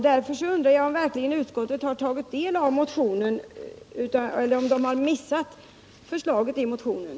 Har utskottet verkligen tagit del av motionen, eller har utskottet missat förslaget i motionen?